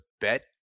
bet